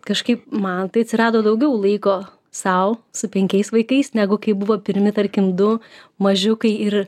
kažkaip man atsirado daugiau laiko sau su penkiais vaikais negu kai buvo pirmi tarkim du mažiukai ir